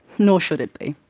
nor should it be.